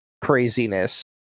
craziness